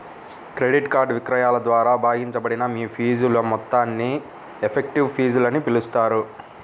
credit card విక్రయాల ద్వారా భాగించబడిన మీ ఫీజుల మొత్తాన్ని ఎఫెక్టివ్ ఫీజులని పిలుస్తారు